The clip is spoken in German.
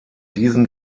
diesem